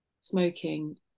smoking